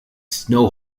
snow